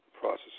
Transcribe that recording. process